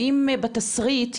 האם בתסריט,